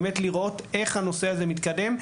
באמת לראות איך הנושא הזה מתקדם,